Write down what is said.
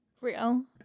real